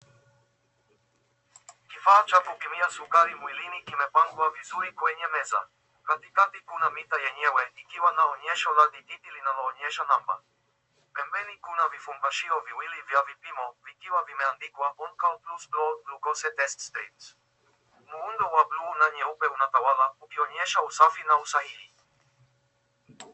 Kifaa cha kupimia sukari mwilini kimepangwa vizuri kwenye meza. Katikati kuna mita yenyewe ikiwa na onyesho la dhibiti linaloonyesha namba. Pembeni kuna vipumbashio viwili vya vipimo, vikiwa vimeandikwa On Call Plus Blood Glucose Test Strips. Muundo wa blue and nyeupe unatawala ukionyesha usafi na usahihi.